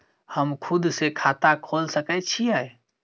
हम खुद से खाता खोल सके छीयै?